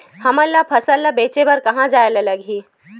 हमन ला फसल ला बेचे बर कहां जाये ला लगही?